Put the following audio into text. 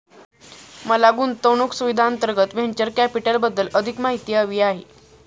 मला गुंतवणूक सुविधांअंतर्गत व्हेंचर कॅपिटलबद्दल अधिक माहिती हवी आहे